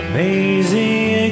Amazing